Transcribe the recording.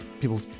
people